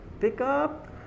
pickup